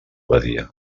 badia